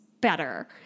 better